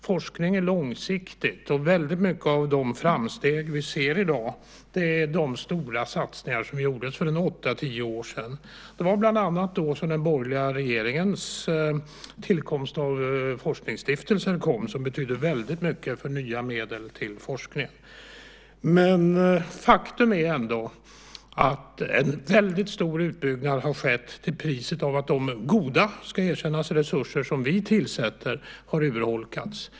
Forskning är långsiktig, och väldigt mycket av de framsteg vi ser i dag är resultat av de stora satsningar som gjordes för åtta-tio år sedan. Det var bland annat då som den borgerliga regeringen såg till att forskningsstiftelsen kom, som betyder väldigt mycket för nya medel till forskning. Men faktum är ändå att en väldigt stor utbyggnad har skett till priset av att de goda - det ska erkännas - resurser som vi tillsätter har urholkats.